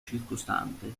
circostante